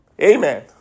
Amen